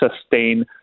sustain